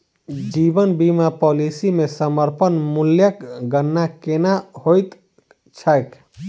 जीवन बीमा पॉलिसी मे समर्पण मूल्यक गणना केना होइत छैक?